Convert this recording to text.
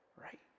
right